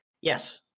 Yes